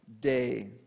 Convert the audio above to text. day